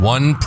One